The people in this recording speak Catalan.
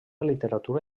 literatura